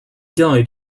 died